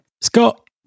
Scott